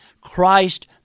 Christ